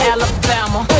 Alabama